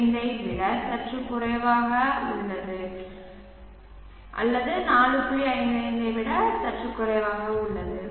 55 ஐ விட சற்று குறைவாக உள்ளது அல்லது